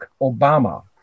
Obama